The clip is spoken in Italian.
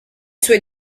suoi